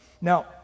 Now